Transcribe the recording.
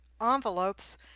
envelopes